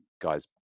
guys